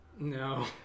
No